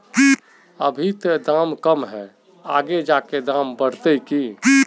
अभी ते दाम कम है आगे जाके दाम बढ़ते की?